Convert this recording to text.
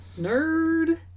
Nerd